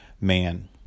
man